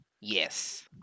Yes